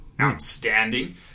outstanding